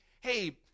hey